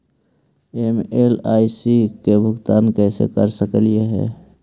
हम एल.आई.सी के भुगतान कैसे कर सकली हे?